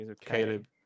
Caleb